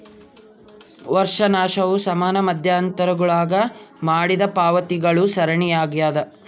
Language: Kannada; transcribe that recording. ವರ್ಷಾಶನವು ಸಮಾನ ಮಧ್ಯಂತರಗುಳಾಗ ಮಾಡಿದ ಪಾವತಿಗಳ ಸರಣಿಯಾಗ್ಯದ